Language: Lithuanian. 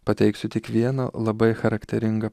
pateiksiu tik vieną labai charakteringą